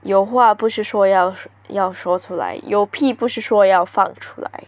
有话不是说要要说出来有屁不是说要放出来